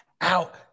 out